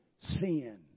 sin